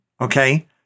Okay